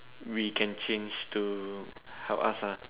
we can change to help us ah